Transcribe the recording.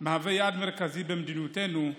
הוא יעד מרכזי במדיניותנו,